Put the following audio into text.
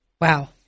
Wow